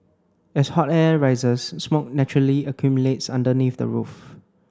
as hot air rises smoke naturally accumulates underneath the roof